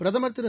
பிரதமர் திரு